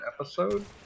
episode